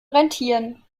rentieren